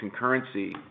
concurrency